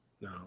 No